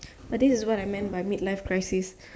but this is what I meant by mid life crisis